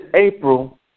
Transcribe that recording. April